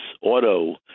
auto